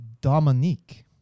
dominique